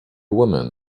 woman